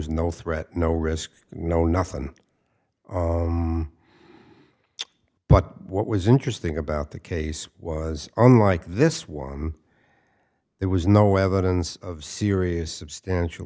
s no threat no risk no nothing but what was interesting about the case was unlike this one there was no evidence of serious substantial